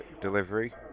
delivery